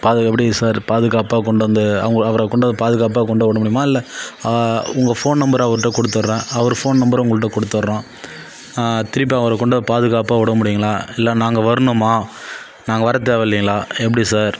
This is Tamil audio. அது எப்படி சார் பாதுகாப்பாக கொண்டு வந்து அவங்கள அவரை கொண்டு போய் பாதுகாப்பாக கொண்டுபோய் விட முடியுமா இல்லை உங்கள் ஃபோன் நம்பரை அவர்கிட்ட கொடுத்தட்றேன் அவரு ஃபோன் நம்பரை உங்கள்கிட்ட கொடுத்தட்றோம் திருப்பி அவரை கொண்டு பாதுகாப்பாக விட முடியுங்களா இல்லை நாங்கள் வரணுமா நாங்கள் வரத் டி சார்